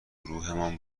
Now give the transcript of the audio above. گروهمان